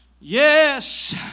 Yes